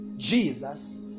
Jesus